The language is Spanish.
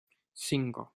cinco